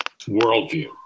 worldview